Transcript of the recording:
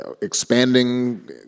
expanding